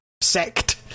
Sect